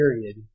period